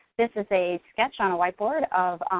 this is a sketch on a whiteboard of